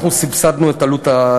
אנחנו סבסדנו את עלות הייעוץ,